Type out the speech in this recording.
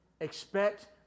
expect